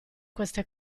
queste